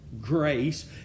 grace